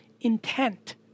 intent